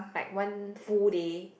like one full day